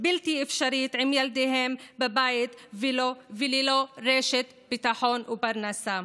בלתי אפשרית עם ילדיהם בבית וללא רשת ביטחון ופרנסה.